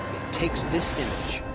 takes this image.